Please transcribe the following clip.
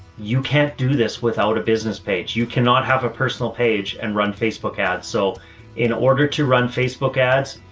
you can't do this without a business page. you cannot have a personal page and run facebook ads. so in order to run facebook ads,